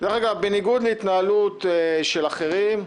דרך אגב, בניגוד להתנהלות של אחרים,